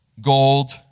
gold